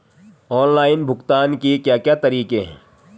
Online भुगतान के क्या क्या तरीके हैं?